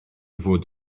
fod